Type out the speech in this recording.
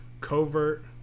Covert